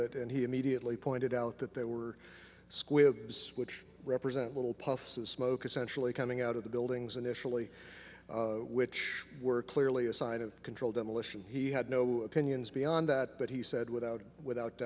it and he immediately pointed out that there were squibs switch represent little puffs of smoke essentially coming out of the buildings initially which were clearly a sign of controlled demolition he had no opinions beyond that but he said without without